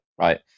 right